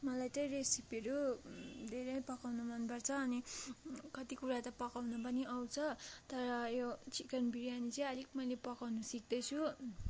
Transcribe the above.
मलाई चाहिँ रेसिपहरू धेरै पकाउनु मनपर्छ अनि कति कुरा त पकाउनु पनि आउँछ तर यो चिकन बिरियानी चाहिँ अलिक मैले पकाउनु सिक्दैछु